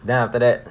then after that